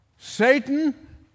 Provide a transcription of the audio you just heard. Satan